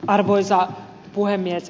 arvoisa puhemies